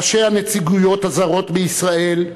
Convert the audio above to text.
ראשי הנציגויות הזרות בישראל,